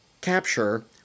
Capture